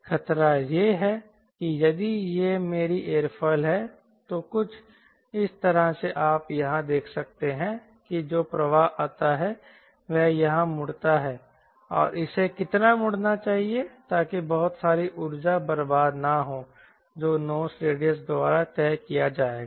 खतरा यह है कि यदि यह मेरी एयरोफिल है तो कुछ इस तरह से आप यहाँ देख सकते हैं कि जो प्रवाह आता है वह यहाँ मुड़ता है और इसे कितना मोड़ना चाहिए ताकि बहुत सारी ऊर्जा बर्बाद न हो जो नोस रेडियस द्वारा तय किया जाएगा